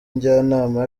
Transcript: njyanama